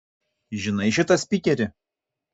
žinai šitą spykerį